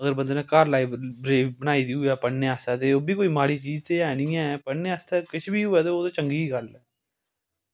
रोज़ बंदे नै घर बनाई दी होऐ ते ऐसा एह्बी कोई माड़ी चीज़ ते ऐ निं ऐ पढ़ने आस्तै किश बी होऐ ओह् चंगी गल्ल ऐ